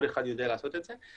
כל אחד יודע לעשות את זה.